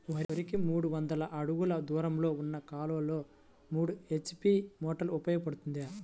వరికి మూడు వందల అడుగులు దూరంలో ఉన్న కాలువలో మూడు హెచ్.పీ మోటార్ ఉపయోగపడుతుందా?